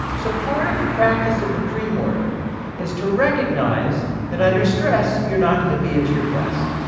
so part of the practice of the pre-mortem is to recognize that under stress you're not going to be at your best,